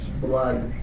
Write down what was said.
blood